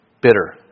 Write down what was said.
Bitter